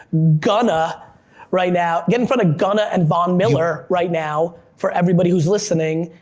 gunna right now, get in front of gunna and von miller right now for everybody who's listening,